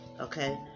okay